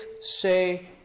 say